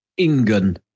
Ingen